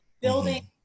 building